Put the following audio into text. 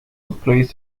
replace